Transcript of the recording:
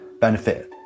benefit